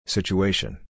Situation